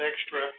extra